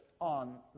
on